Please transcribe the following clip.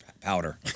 Powder